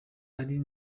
nari